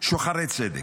שוחרי צדק.